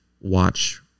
watch